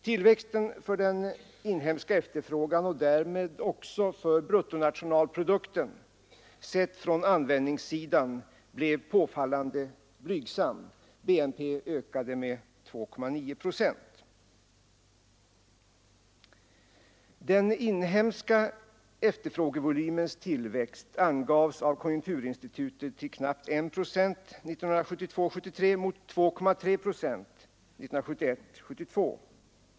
Tillväxten för den inhemska efterfrågan och därmed också för bruttonationalprodukten sett från användningssidan blev påfallande blygsam — BNP ökade med 2,9 procent. Den inhemska efterfrågevolymens tillväxt angavs av konjunkturinstitutet till knappt 1 procent 1972—1973 mot 2,3 procent 1971-1972.